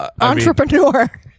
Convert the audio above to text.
entrepreneur